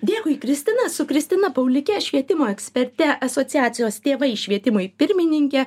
dėkui kristina su kristina paulike švietimo eksperte asociacijos tėvai švietimui pirmininke